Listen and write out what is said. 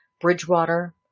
Bridgewater